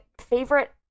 favorite